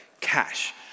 cash